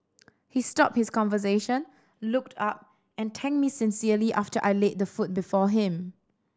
he stopped his conversation looked up and thanked me sincerely after I laid the food before him